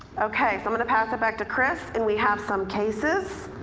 okay, so i'm gonna pass it back to chris and we have some cases.